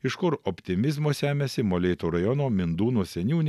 iš kur optimizmo semiasi molėtų rajono mindūnų seniūnė